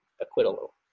acquittal